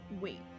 Wait